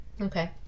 Okay